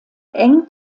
eng